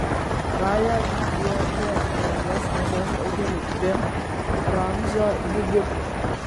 raja tiekė brangias vazas daugeliui pi ramzio didikų